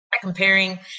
comparing